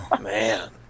man